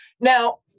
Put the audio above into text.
Now